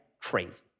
crazy